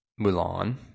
Mulan